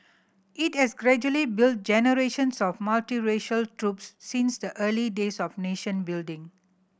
it has gradually built generations of multiracial troops since the early days of nation building